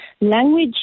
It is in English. language